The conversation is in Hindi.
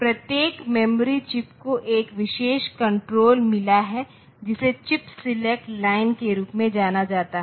प्रत्येक मेमोरी चिप को एक विशेष कण्ट्रोल मिला है जिसे चिप सेलेक्ट लाइन के रूप में जाना जाता है